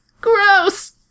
Gross